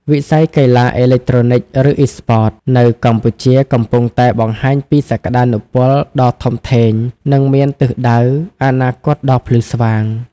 វិស័យកីឡាអេឡិចត្រូនិក ឬអុីស្ព័ត នៅកម្ពុជាកំពុងតែបង្ហាញពីសក្តានុពលដ៏ធំធេង និងមានទិសដៅអនាគតដ៏ភ្លឺស្វាង។